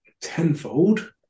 tenfold